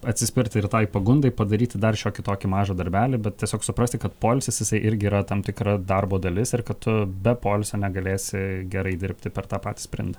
atsispirti ir tai pagundai padaryti dar šiokį tokį mažą darbelį bet tiesiog suprasti kad poilsis jisai irgi yra tam tikra darbo dalis ir kad tu be poilsio negalėsi gerai dirbti per tą patį sprintą